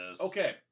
Okay